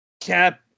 Cap